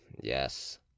Yes